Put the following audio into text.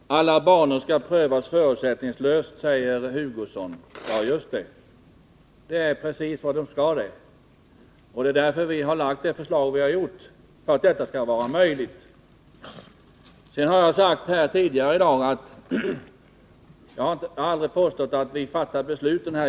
Herr talman! Alla banor skall prövas förutsättningslöst, säger Kurt Hugosson. Ja, just det. Det är precis vad de skall, och syftet med vårt förslag är att detta skall vara möjligt. Jag har aldrig påstått att vi fattar nedläggningsbesluten här.